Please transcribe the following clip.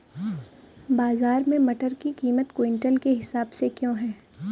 बाजार में मटर की कीमत क्विंटल के हिसाब से क्यो है?